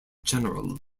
general